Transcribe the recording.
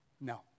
No